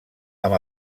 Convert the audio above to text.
amb